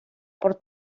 por